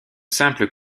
simple